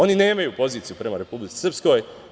Oni nemaju poziciju prema Republici Srpskoj.